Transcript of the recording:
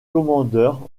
commandeur